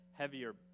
heavier